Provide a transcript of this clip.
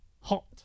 hot